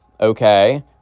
okay